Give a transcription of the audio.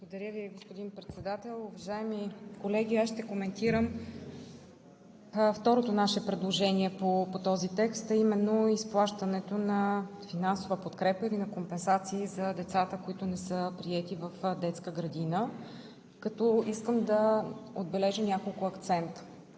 Благодаря Ви, господин Председател. Уважаеми колеги, аз ще коментирам второто наше предложение по този текст, а именно изплащането на финансова подкрепа или на компенсации за децата, които не са приети в детска градина, като искам да отбележа няколко акцента.